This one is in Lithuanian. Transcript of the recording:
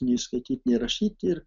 nei skaityti nei rašyti ir